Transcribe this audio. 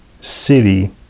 city